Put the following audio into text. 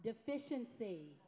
deficiency